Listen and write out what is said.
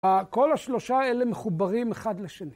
‫כל השלושה האלה מחוברים אחד לשני.